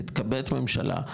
תתכבד הממשלה,